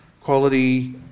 quality